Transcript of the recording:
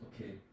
Okay